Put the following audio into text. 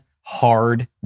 hard